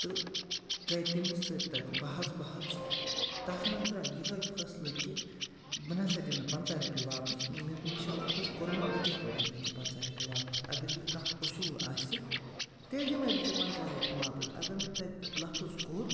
تہٕ گٔے تٔمِس سۭتۍ تَتہِ بَہَژ بَہَژ تَتھ منٛز درٛاو یِہٕے فٲصلہٕ کہِ بہٕ نہ سا دِمہٕ نہٕ پنٛژاہ رۄپیہِ واپَس کِہیٖنۍ مےٚ ووٚنُس مےٚ چھِ لفظ کوٚرمُت بہٕ کِتھ پٲٹھۍ دِمَے ژےٚ پنٛژاہ رۄپیہِ واپَس اگر یہِ کانٛہہ اصوٗل آسہِ تیٚلہِ دِمَے بہٕ ژےٚ پنٛژاہ رۄپیہِ واپَس اگر مےٚ تَتہِ لفظ کوٚر